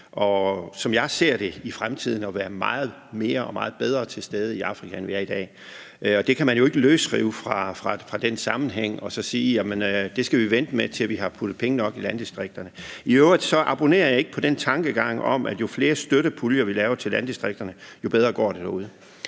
som jeg ser det, i fremtiden at være meget mere og meget bedre til stede i Afrika, end vi er i dag. Og det kan man jo ikke løsrive fra den sammenhæng og sige, at vi skal vente med det, til vi har puttet penge nok i landdistrikterne. I øvrigt abonnerer jeg ikke på den tankegang om, at jo flere støttepuljer, vi laver til landdistrikterne, jo bedre går det derude.